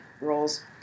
roles